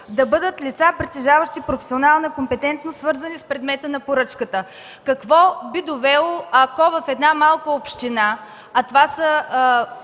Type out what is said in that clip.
да бъдат лица, притежаващи професионална компетентност, свързани с предмета на поръчката. До какво би довело, ако в една малка община – а това са